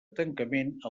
tancament